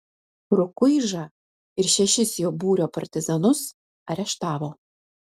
rukuižą ir šešis jo būrio partizanus areštavo